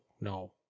no